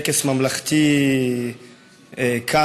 מתקיים טקס ממלכתי כאן,